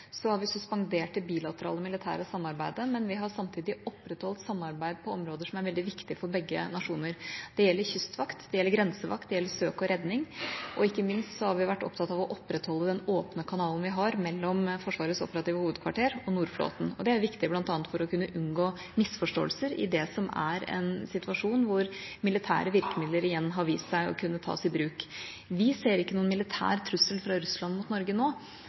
har vi suspendert det bilaterale militære samarbeidet, men vi har samtidig opprettholdt samarbeid på områder som er veldig viktige for begge nasjoner. Det gjelder kystvakt, det gjelder grensevakt, det gjelder søk og redning, og ikke minst har vi vært opptatt av å opprettholde den åpne kanalen vi har mellom Forsvarets operative hovedkvarter og Nordflåten. Det er viktig bl.a. for å kunne unngå misforståelser i det som er en situasjon hvor militære virkemidler igjen har vist seg å kunne tas i bruk. Vi ser ikke noen militær trussel fra Russland mot Norge nå,